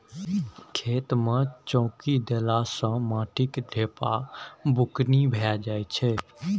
खेत मे चौकी देला सँ माटिक ढेपा बुकनी भए जाइ छै